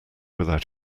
without